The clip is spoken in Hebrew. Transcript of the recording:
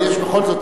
אבל בכל זאת,